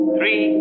three